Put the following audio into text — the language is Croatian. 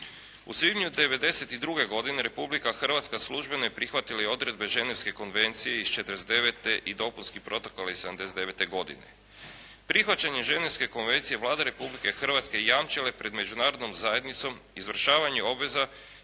U svibnju '92. godine Republika Hrvatska službeno je prihvatila i odredbe Ženevske konvencije iz '49. i dopunske protokole iz '79. godine. Prihvaćanjem ženevske konvencije Vlada Republike Hrvatske jamčila je pred međunarodnom zajednicom izvršavanje obveza